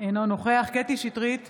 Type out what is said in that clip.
המתרפסת הזאת,